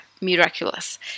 miraculous